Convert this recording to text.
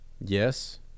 Yes